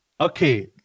Okay